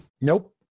Nope